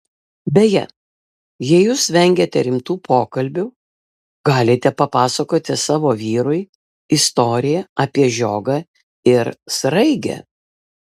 beje jei jūs vengiate rimtų pokalbių galite papasakoti savo vyrui istoriją apie žiogą ir sraigę